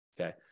okay